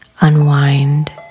unwind